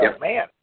man